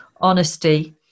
honesty